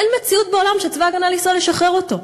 אין מציאות בעולם שצבא ההגנה לישראל ישחרר אותו.